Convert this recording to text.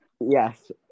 Yes